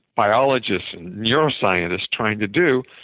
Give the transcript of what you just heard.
biologists and neuroscientists trying to do?